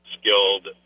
skilled